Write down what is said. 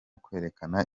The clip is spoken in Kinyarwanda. kwerekana